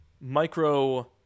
micro